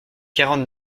quarante